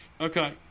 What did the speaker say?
Okay